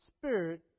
spirit